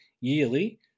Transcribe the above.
yearly